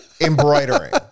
embroidering